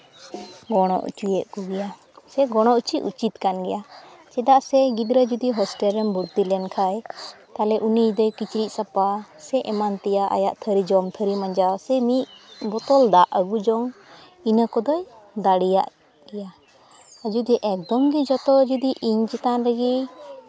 ᱜᱚᱲᱚ ᱦᱚᱪᱚᱭᱮᱫ ᱠᱚᱜᱮᱭᱟ ᱥᱮ ᱜᱚᱲᱚ ᱦᱚᱪᱚ ᱩᱪᱤᱛ ᱠᱟᱱ ᱜᱮᱭᱟ ᱪᱮᱫᱟᱜ ᱥᱮ ᱜᱤᱫᱽᱨᱟᱹ ᱡᱩᱫᱤ ᱦᱚᱥᱴᱮᱞ ᱨᱮᱢ ᱵᱷᱚᱨᱛᱤ ᱞᱮᱭ ᱠᱷᱟᱱ ᱛᱟᱦᱚᱞᱮ ᱩᱱᱤ ᱫᱚ ᱠᱤᱪᱨᱤᱡ ᱥᱟᱯᱷᱟ ᱥᱮ ᱮᱢᱟᱱ ᱛᱮᱭᱟᱜ ᱟᱭᱟᱜ ᱡᱚᱢ ᱛᱷᱟᱹᱨᱤ ᱢᱟᱡᱟᱣ ᱥᱮ ᱢᱤᱫ ᱵᱳᱛᱚᱞ ᱫᱟᱜ ᱟᱹᱜᱩ ᱡᱚᱝ ᱤᱱᱟᱹ ᱠᱚᱫᱚᱭ ᱫᱟᱲᱮᱭᱟᱜ ᱜᱮᱭᱟ ᱡᱩᱫᱤ ᱮᱠᱫᱚᱢ ᱜᱮ ᱡᱚᱛᱚ ᱡᱩᱫᱤ ᱤᱧ ᱪᱮᱛᱟᱱ ᱨᱮᱜᱮ